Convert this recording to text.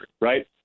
right